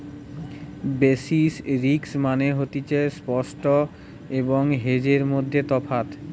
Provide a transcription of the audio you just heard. basis risk মানে হতিছে spot এবং হেজের মধ্যে তফাৎ